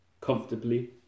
comfortably